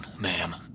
ma'am